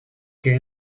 que